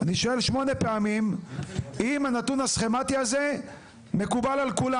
אני שואל שמונה פעמים אם הנתון הסכמתי הזה מקובל על כולם.